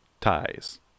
ties